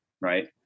right